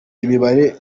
imibare